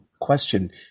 question